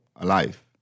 alive